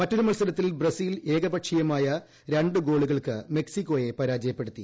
മറ്റൊരു മൽസരത്തിൽ ബ്രസീൽ ഏകപക്ഷീയമായ രണ്ടു ഗോളുകൾക്ക് മെക്സിക്കോയെ പരാജയപ്പെടുത്തി